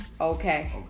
okay